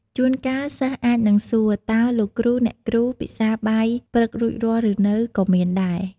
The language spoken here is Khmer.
ជួនកាល សិស្សអាចនឹងសួរ តើលោកគ្រូ អ្នកគ្រូ ពិសាបាយព្រឹករួចរាល់ឬនៅ ក៏មានដែរ។